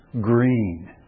green